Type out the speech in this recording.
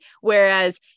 whereas